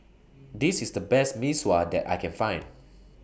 This IS The Best Mee Sua that I Can Find